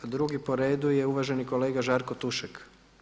Drugi po redu je uvaženi kolega Žarko Tušek.